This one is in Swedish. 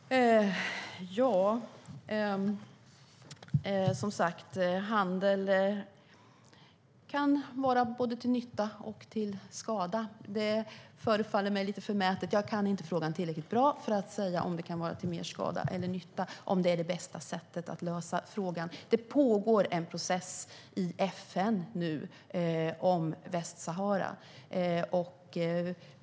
Herr talman! Som sagt: Handel kan vara både till nytta och till skada. Jag kan inte frågan tillräckligt bra för att säga om det kan vara till mer skada eller nytta och om det är det bästa sättet att lösa frågan. Det pågår en process i FN nu om Västsahara.